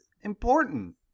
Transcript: important